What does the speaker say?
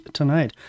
tonight